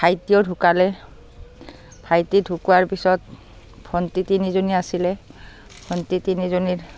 ভাইটিও ঢুকালে ভাইটি ঢুকোৱাৰ পিছত ভণ্টি তিনিজনী আছিলে ভণ্টি তিনিজনীৰ